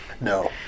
No